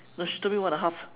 the stupid one and half